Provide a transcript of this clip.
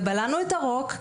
ובלענו את הרוק,